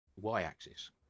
y-axis